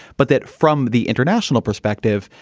but that from the international perspective,